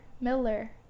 miller